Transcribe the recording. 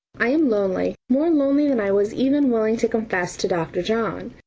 i am lonely, more lonely than i was even willing to confess to dr. john.